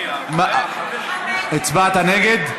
הצבעת נגד?